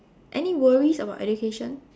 any worries about education